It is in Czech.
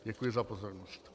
Děkuji za pozornost.